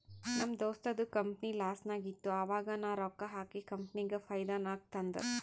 ನಮ್ ದೋಸ್ತದು ಕಂಪನಿ ಲಾಸ್ನಾಗ್ ಇತ್ತು ಆವಾಗ ನಾ ರೊಕ್ಕಾ ಹಾಕಿ ಕಂಪನಿಗ ಫೈದಾ ನಾಗ್ ತಂದ್